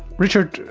richard,